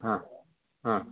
ಹಾಂ ಹಾಂ